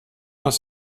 aus